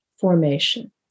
formation